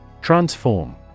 Transform